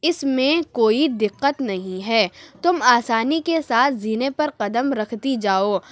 اس میں کوئی دقت نہیں ہے تم آسانی کے ساتھ زینے پر قدم رکھتی جاؤ